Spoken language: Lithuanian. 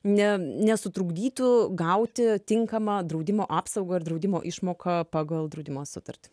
ne nesutrukdytų gauti tinkamą draudimo apsaugą ir draudimo išmoką pagal draudimo sutartį